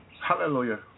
Hallelujah